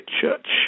church